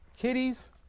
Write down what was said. Kitties